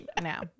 now